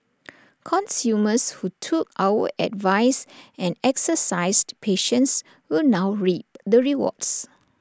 consumers who took our advice and exercised patience will now reap the rewards